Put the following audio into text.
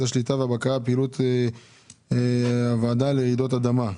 השליטה והבקרה על פעילות הוועדה לרעידות אדמה".